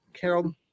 Carol